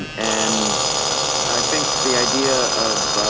and and i think the idea of,